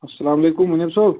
اَسلامُ عَلیکُم مُنیٖب صٲب